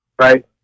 right